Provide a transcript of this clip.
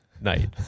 night